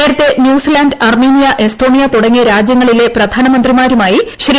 നേരത്തെ New Zealand Armenia Estonia തുടങ്ങിയ രാജ്യങ്ങളിലെ പ്രധാനമന്ത്രിമാരുമായി ശ്രീ